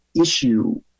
issue